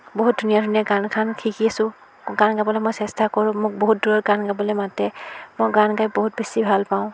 বহুত ধুনীয়া ধুনীয়া গান গান শিকিছোঁ গান গাবলৈ মই চেষ্টা কৰোঁ মোক বহুত দূৰত গান গাবলৈ মাতে মই গান গাই বহুত বেছি ভাল পাওঁ